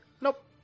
Nope